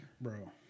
Bro